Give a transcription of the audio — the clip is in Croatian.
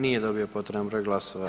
Nije dobio potreban broj glasova.